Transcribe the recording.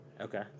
Okay